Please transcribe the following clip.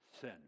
sin